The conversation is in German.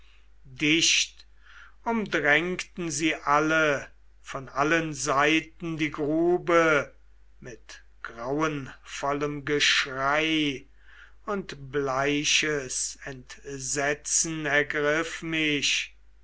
dicht umdrängten sie alle von allen seiten die grube mit grauenvollem geschrei und bleiches entsetzen ergriff mich